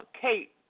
Kate